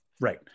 right